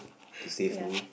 ya